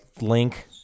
link